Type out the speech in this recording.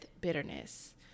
bitterness